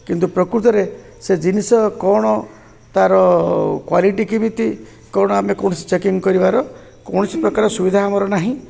କିନ୍ତୁ ପ୍ରକୃତରେ ସେ ଜିନିଷ କ'ଣ ତାର କ୍ୱାଲିଟି କେମିତି କ'ଣ ଆମେ କୌଣସି ଚେକିଂ କରିବାର କୌଣସି ପ୍ରକାର ସୁବିଧା ଆମର ନାହିଁ